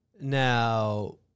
Now